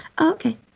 Okay